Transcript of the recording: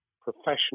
professional